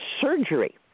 surgery